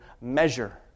measure